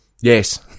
Yes